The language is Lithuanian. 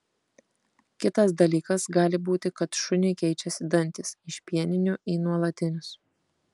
kitas dalykas gali būti kad šuniui keičiasi dantys iš pieninių į nuolatinius